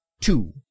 Two